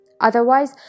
Otherwise